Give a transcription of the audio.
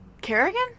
Kerrigan